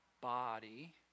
body